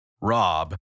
Rob